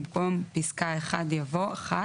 במקום פסקה (1) יבוא: " (1)